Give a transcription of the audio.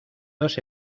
dos